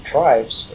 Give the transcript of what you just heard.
Tribes